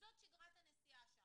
זאת שגרת הנסיעה שם.